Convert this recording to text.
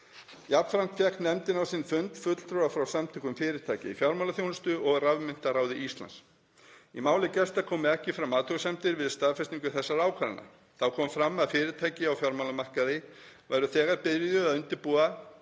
Jafnframt fékk nefndin á sinn fund fulltrúa frá Samtökum fyrirtækja í fjármálaþjónustu og Rafmyntaráði Íslands. Í máli gestanna komu ekki fram athugasemdir við staðfestingu þessara ákvarðana. Þá kom fram að fyrirtæki á fjármálamarkaði væru þegar byrjuð að undirbúa